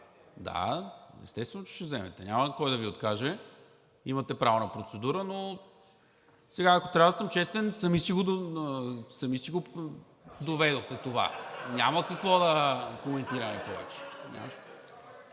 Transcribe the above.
Естествено, че ще вземете, няма кой да Ви откаже – имате право на процедура. Но сега, ако трябва да съм честен, сами си го доведохте това. (Оживление, смях.) Няма какво да коментираме повече.